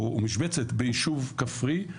או משבצת ביישוב כפרי,